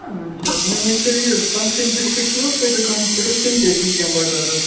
اَچھا مےٚ ؤنۍتو یہِ سۄنہٕ سٕنٛدۍ بِسکِٹ چھُو حظ تۄہہِ دُکانَس پٮ۪ٹھ حظ تِم تہِ ٲسۍ تِم کیٚنٛہہ بَکار حظ